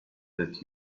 that